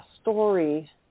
story